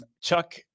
Chuck